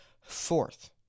Fourth